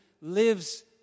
lives